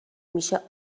میشه